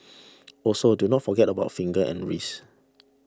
also do not forget about the fingers and wrists